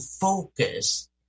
focus